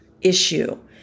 issue